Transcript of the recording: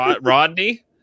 rodney